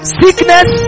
sickness